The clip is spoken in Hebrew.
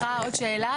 סליחה, עוד שאלה.